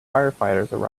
firefighters